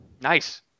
Nice